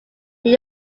new